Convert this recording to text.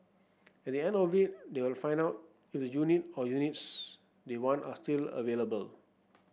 at the end of it they will find out if the unit or units they want are still available